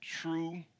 true